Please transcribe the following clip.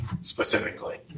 specifically